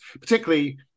particularly